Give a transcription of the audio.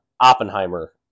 Oppenheimer